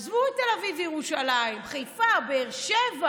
עזבו את תל אביב וירושלים, חיפה, באר שבע,